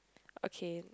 okay